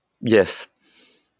Yes